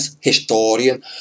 Historian